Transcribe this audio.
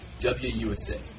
WUSA